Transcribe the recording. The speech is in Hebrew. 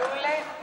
היא שוחרת שלום,